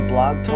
Blog